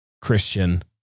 Christian